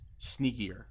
sneakier